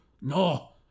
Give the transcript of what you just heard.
no